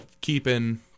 keeping